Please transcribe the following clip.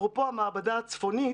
אפרופו המעבדה הצפונית,